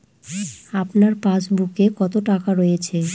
আপনার পাসবুকে কত টাকা রয়েছে?